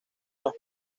las